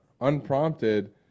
unprompted